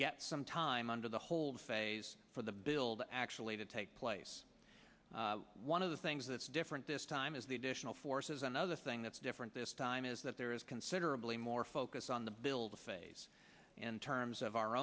get some time under the hold phase for the build actually to take place one of the things that's different this time is the additional forces another thing that's different this time is that there is considerably more focus on the build a phase in terms of our